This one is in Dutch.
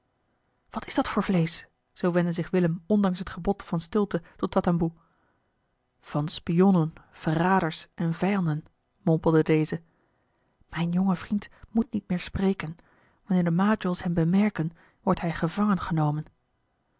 wat is dat voor vleesch zoo wendde zich willem ondanks het gebod van stilte tot tatamboe van spionnen verraders en vijanden mompelde deze mijn jonge vriend moet niet meer spreken wanneer de majols hem bemerken wordt hij gevangengenomen